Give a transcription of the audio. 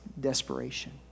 desperation